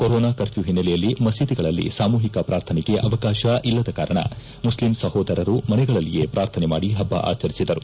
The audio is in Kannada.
ಕೊರೊನಾ ಕರ್ಫ್ಯೂ ಹಿನ್ನೆಲೆಯಲ್ಲಿ ಮಸೀದಿಗಳಲ್ಲಿ ಸಾಮೂಹಿಕ ಪ್ರಾರ್ಥನೆಗೆ ಅವಕಾಶ ಇಲ್ಲದ ಕಾರಣ ಮುಸ್ತಿಂ ಸಹೋದರರು ಮನೆಗಳಲ್ಲಿಯೇ ಪ್ರಾರ್ಥನೆ ಮಾಡಿ ಹಬ್ಬ ಅಚರಿಸಿದರು